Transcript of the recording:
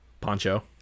Poncho